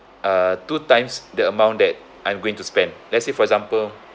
uh two times the amount that I'm going to spend let's say for example